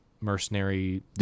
mercenary